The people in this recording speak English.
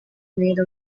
made